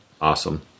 Awesome